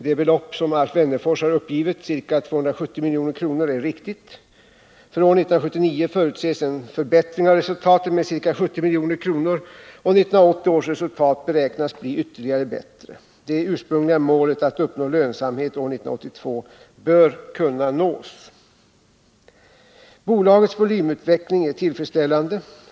Det belopp Alf Wennerfors har uppgivit, ca 270 milj.kr., är riktigt. För år 1979 förutses en förbättring av resultatet med ca 70 milj.kr., och 1980 års resultat beräknas bli ytterligare bättre. Det ursprungliga målet att uppnå lönsamhet år 1982 bör kunna nås. Bolagets volymutveckling är tillfredsställande.